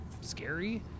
scary